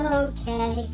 okay